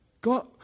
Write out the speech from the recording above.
God